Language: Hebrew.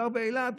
גר באילת,